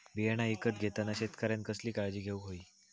बियाणा ईकत घेताना शेतकऱ्यानं कसली काळजी घेऊक होई?